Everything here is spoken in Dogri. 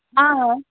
हां